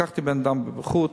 לקחתי בן-אדם מבחוץ,